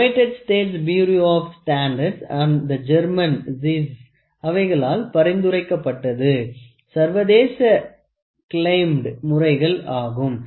United States Bureau of Standards and the German அவைகளால் பரிந்துரைக்கப்பட்டது சர்வதேச கிளைம்டு முறைகள் ஆகும்